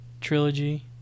trilogy